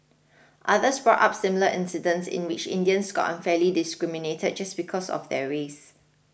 others brought up similar incidents in which Indians got unfairly discriminated just because of their race